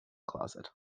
closet